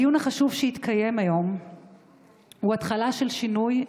הדיון החשוב שהתקיים היום הוא התחלה של שינוי,